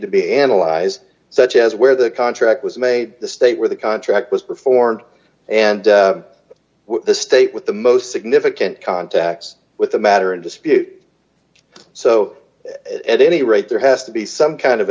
to be analyzed such as where the contract was made the state where the contract was performed and the state with the most significant contacts with the matter in dispute so at any rate there has to be some kind of